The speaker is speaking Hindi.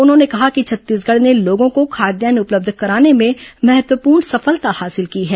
उन्होंने कहा कि छत्तीसगढ़ ने लोगों को खाद्यान्न उपलब्ध कराने में महत्वपूर्ण सफलता हासिल की है